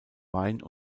wein